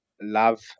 love